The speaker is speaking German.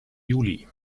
juli